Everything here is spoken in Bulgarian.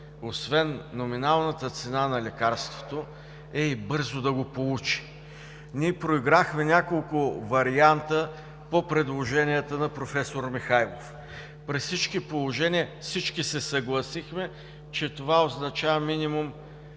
освен номиналната цена на лекарството, е и бързо да го получи. Ние проиграхме няколко варианта по предложенията на професор Михайлов. При всички положения всички се съгласихме, че това означава минимум